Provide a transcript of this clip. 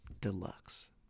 deluxe